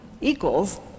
equals